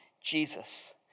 Jesus